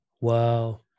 Wow